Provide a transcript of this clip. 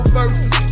verses